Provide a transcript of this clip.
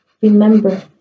remember